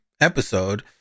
episode